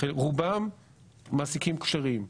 רובם מעסיקים כשרים,